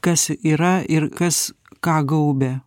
kas yra ir kas ką gaubia